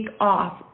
off